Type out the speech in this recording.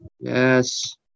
Yes